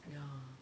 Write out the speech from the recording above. ya